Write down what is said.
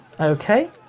Okay